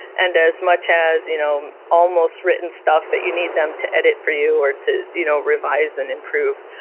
and as much as you know almost written stuff that you need them to edit for you, or to you know revise and improve.